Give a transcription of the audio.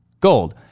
gold